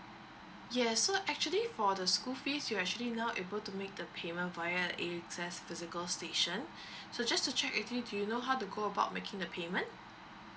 yes so actually for the school fees you actually now able to make the payment via AXS physical station so just to check with you do you know how to go about making the payment